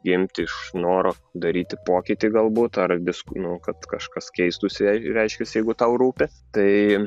gimti iš noro daryti pokytį galbūt ar disku nu kad kažkas keistųsi jei reiškiasi jeigu tau rūpi tai